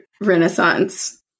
renaissance